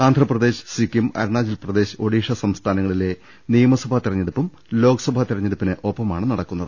ആന്ധ്രപ്രദേശ് സിക്കിം അരുണാചൽ പ്രദേശ് ഒഡീഷ സംസ്ഥാനങ്ങളിലെ നിയമസഭാ തെരഞ്ഞെടുപ്പും ലോക്സഭാ തെരഞ്ഞെടുപ്പിനൊപ്പമാണ് നട ക്കുന്നത്